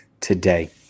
today